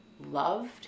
loved